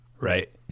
right